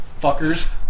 Fuckers